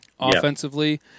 Offensively